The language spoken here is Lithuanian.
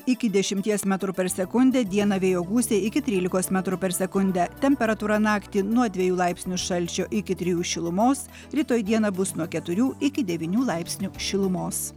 iki dešimties metrų per sekundę dieną vėjo gūsiai iki trylikos metrų per sekundę temperatūra naktį nuo dviejų laipsnių šalčio iki trijų šilumos rytoj dieną bus nuo keturių iki devynių laipsnių šilumos